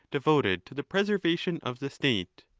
devoted to the preservation of the state.